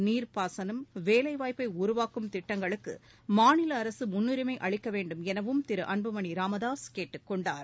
நீர்ப்பாசனம் வேலை வாய்ப்பை உருவாக்கும் திட்டங்களுக்கு மாநில அரசு முன்னுரிமை அளிக்க வேண்டுமெனவும் திரு அன்புமணி ராமதாஸ் கேட்டுக் கொண்டார்